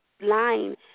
line